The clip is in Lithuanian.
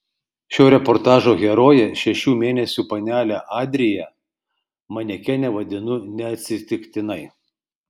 šio reportažo heroję šešių mėnesių panelę adriją manekene vadinu neatsitiktinai